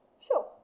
Sure